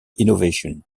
innovation